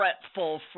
fretful